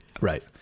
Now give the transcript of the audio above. Right